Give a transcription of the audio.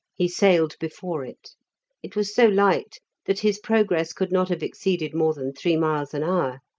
he sailed before it it was so light that his progress could not have exceeded more than three miles an hour.